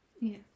Yes